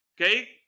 Okay